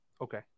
Okay